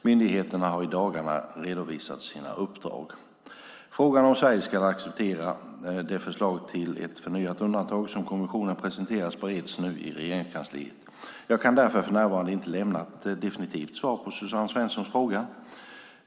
Myndigheterna har i dagarna redovisat sina uppdrag. Frågan om Sverige ska acceptera det förslag till ett förnyat undantag som kommissionen presenterat bereds nu i Regeringskansliet. Jag kan därför för närvarande inte lämna ett definitivt svar på Suzanne Svenssons fråga.